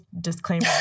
disclaimer